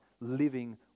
living